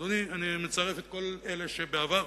אדוני, אני מצרף את כל אלה שבעבר